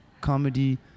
comedy